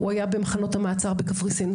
הוא היה במחנות המעצר בקפריסין.